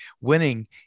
winning